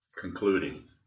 concluding